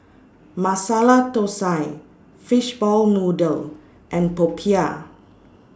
Masala Thosai Fishball Noodle and Popiah